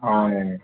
हय